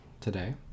today